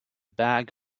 bag